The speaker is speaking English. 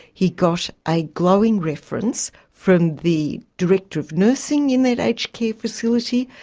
he got a glowing reference from the director of nursing in that aged care facility,